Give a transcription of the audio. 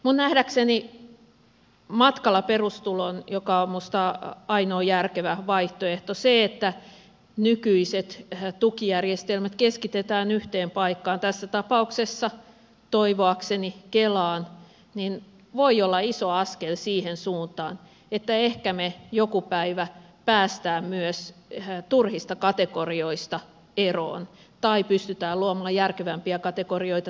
minun nähdäkseni matkalla perustuloon joka on minusta ainoa järkevä vaihtoehto se että nykyiset tukijärjestelmät keskitetään yhteen paikkaan tässä tapauksessa toivoakseni kelaan voi olla iso askel siihen suuntaan että ehkä me joku päivä pääsemme myös turhista kategorioista eroon tai pystymme luomaan järkevämpiä kategorioita tilalle